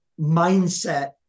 mindset